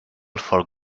for